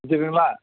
வச்சுட்டுங்களா